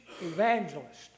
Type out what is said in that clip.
evangelist